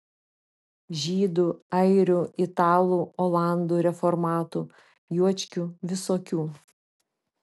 žydų airių italų olandų reformatų juočkių visokių